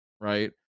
right